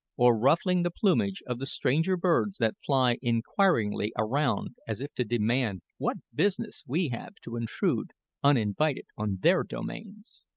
or ruffling the plumage of the stranger birds that fly inquiringly around as if to demand what business we have to intrude uninvited on their domains.